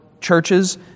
churches